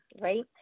right